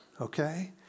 okay